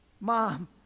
mom